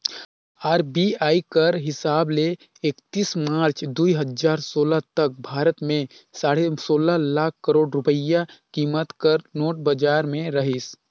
RBI कर हिसाब ले एकतीस मार्च दुई हजार सोला तक भारत में साढ़े सोला लाख करोड़ रूपिया कीमत कर नोट बजार में रहिस